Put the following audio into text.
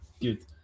good